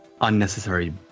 unnecessary